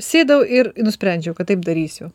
sėdau ir nusprendžiau kad taip darysiu